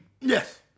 Yes